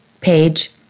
page